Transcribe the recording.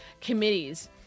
Committee's